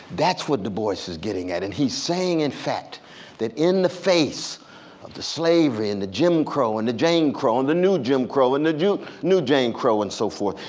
that's what du bois is getting at. and he's saying in fact that in the face of the slavery and the jim crow, and the jane crow, and the new jim crow, and the new jane crow and so forth.